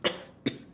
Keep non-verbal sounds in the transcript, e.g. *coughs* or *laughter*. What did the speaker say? *coughs*